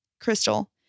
Crystal